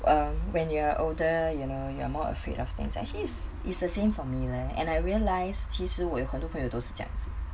um when you're older you know you are more afraid of things actually is is the same for me leh and I realised 其实我有很多朋友都是这样子